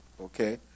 Okay